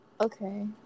Okay